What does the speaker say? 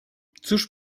cóż